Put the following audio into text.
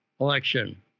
election